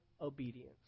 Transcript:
obedience